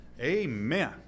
Amen